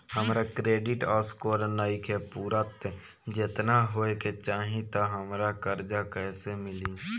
हमार credit score नईखे पूरत जेतना होए के चाही त हमरा कर्जा कैसे मिली?